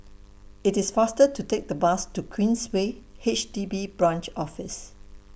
IT IS faster to Take The Bus to Queensway H D B Branch Office